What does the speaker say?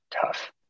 tough